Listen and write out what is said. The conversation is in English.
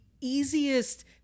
easiest